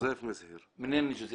מנין אתה?